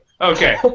Okay